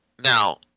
Now